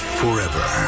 forever